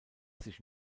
sich